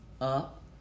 up